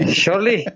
surely